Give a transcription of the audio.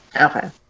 Okay